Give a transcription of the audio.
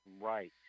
Right